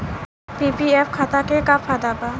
PPF खाता के का फायदा बा?